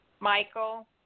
Michael